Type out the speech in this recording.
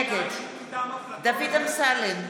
נגד דוד אמסלם,